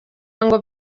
ngo